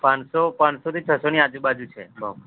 પાનસો પાનસોથી છાસસો ની આજુબાજુ છે હઁ